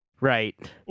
right